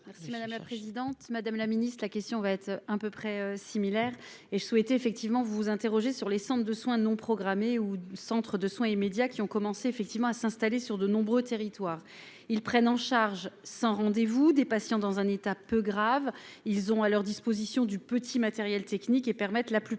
Merci madame la présidente, madame la Ministre de la question va être un peu près similaire et je souhaite effectivement vous vous interrogez sur les centres de soins non programmés ou centres de soins immédiats qui ont commencé effectivement à s'installer sur de nombreux territoires ils prennent en charge sans rendez vous des patients dans un état peu grave, ils ont à leur disposition, du petit matériel technique et permettent la plupart